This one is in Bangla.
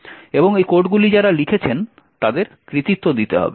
এবং এই কোডগুলি যারা লিখেছেন তাদের কৃতিত্ব দিতে হবে